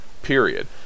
Period